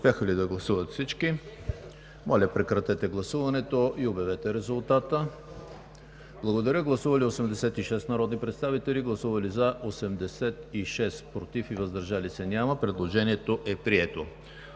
Предложението е прието.